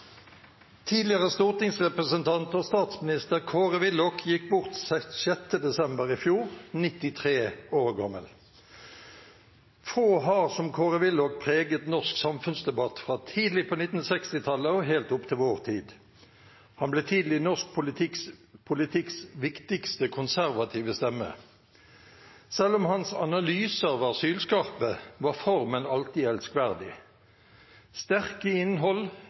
Tidligere stortingsrepresentant og statsminister Kåre Willoch gikk bort den 6. desember i fjor, 93 år gammel. Få har som Kåre Willoch preget norsk samfunnsdebatt, fra tidlig på 1960-tallet og helt opp til vår tid. Han ble tidlig norsk politikks viktigste konservative stemme. Selv om hans analyser var sylskarpe, var formen alltid elskverdig. «Sterk i innhold,